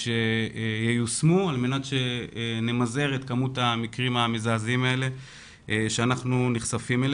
שייושמו על מנת שנמזער את מספר המקרים המזעזעים האלה אליהם אנחנו נחשפים.